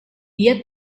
dia